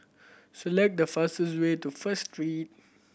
select the fastest way to First Street